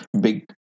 big